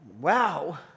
Wow